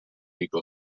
legal